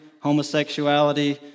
homosexuality